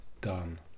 done